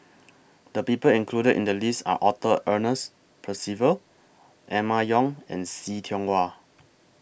The People included in The list Are Arthur Ernest Percival Emma Yong and See Tiong Wah